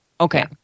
okay